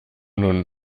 nun